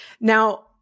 Now